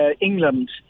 England